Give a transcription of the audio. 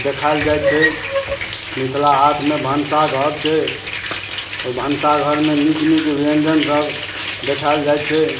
देखाएल जाइ छै मिथिला हाटमे भनसाघर छै ओहि भनसाघरमे नीक नीक व्यञ्जन सब देखाएल जाइ छै